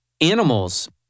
animals